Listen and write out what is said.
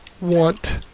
want